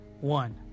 One